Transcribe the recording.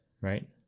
Right